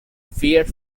feared